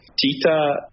Tita